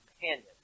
companion